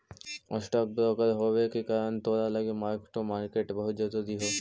stock broker होबे के कारण तोरा लागी मार्क टू मार्केट बहुत जरूरी हो